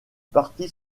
parti